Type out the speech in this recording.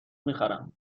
میخرم